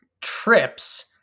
trips